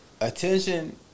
Attention